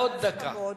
עוד דקה.